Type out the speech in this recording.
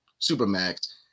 supermax